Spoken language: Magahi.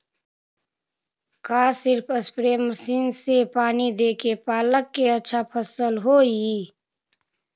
का सिर्फ सप्रे मशीन से पानी देके पालक के अच्छा फसल होई?